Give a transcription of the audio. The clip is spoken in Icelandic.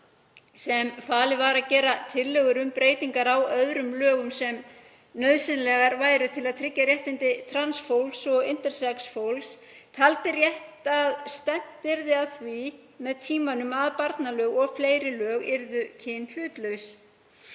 sem var falið að gera tillögur um breytingar á öðrum lögum sem nauðsynlegar væru til að tryggja réttindi trans fólks og intersex fólks, taldi rétt að stefnt yrði að því með tímanum að barnalög og fleiri lög yrðu kynhlutlaus.